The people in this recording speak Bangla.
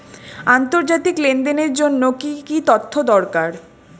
আন্তর্জাতিক লেনদেনের জন্য কি কি তথ্য দরকার?